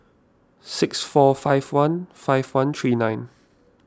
six four five one five one three nine